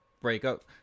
breakup